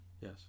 Yes